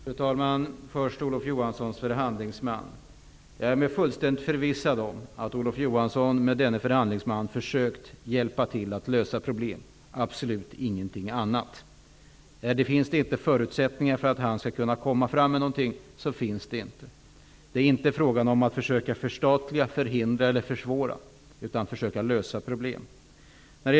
Fru talman! Vad först beträffar Olof Johanssons förhandlingsman är jag fullständigt förvissad om att Olof Johansson med dennes insättande har försökt att hjälpa till att lösa problem, absolut ingenting annat. Finns det inte förutsättningar för förhandlingsmannen att komma fram till något resultat, får man konstatera att sådana inte föreligger. Det är inte fråga om att försöka förstatliga, förhindra eller försvåra utan om att försöka lösa problem.